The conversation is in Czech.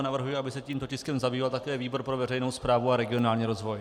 Navrhuji, aby se tímto tiskem zabýval také výbor pro veřejnou správu a regionální rozvoj.